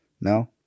no